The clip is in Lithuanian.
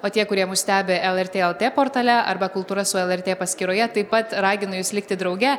o tie kurie mus stebi lrt lt portale arba kultūra su lrt paskyroje taip pat raginu jus likti drauge